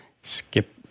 skip